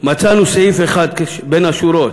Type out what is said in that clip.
מצאנו סעיף אחד בין השורות,